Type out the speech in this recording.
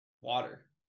water